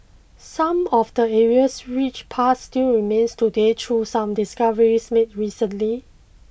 some of the area's rich past still remains today through some discoveries made recently